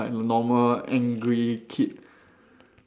like a normal angry kid